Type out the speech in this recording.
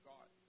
God